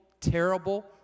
terrible